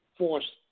Force